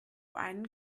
einen